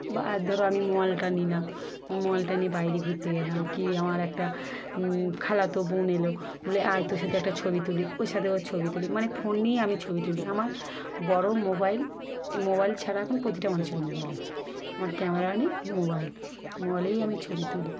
বা আর ধরো আমি মোবাইলটা নিলাম মোবাইলটা নিয়ে বাইরে ঘুরতে গেলাম কি আমার একটা খালাতো বোন এলো বলে আয় তোর সাথে একটা ছবি তুলি ওর সাথেও ছবি তুলি মানে ফোন নিয়েই আমি ছবি তুলি আমার বড় মোবাইল এই মোবাইল ছাড়া এখন প্রতিটা মানুষের মোবাইল আছে আমার ক্যামেরা নেই মোবাইল মোবাইলেই আমি ছবি তুলি